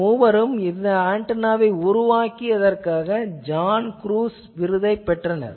இந்த மூவரும் ஆன்டெனா உருவாக்கியதற்காக ஜான் க்ருஸ் விருதைப் பெற்றனர்